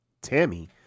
Tammy